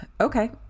Okay